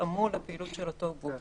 לפעילות של אותו גוף.